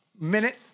minute